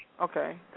Okay